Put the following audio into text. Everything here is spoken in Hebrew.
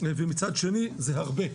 ומצד שני זה הרבה.